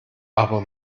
aber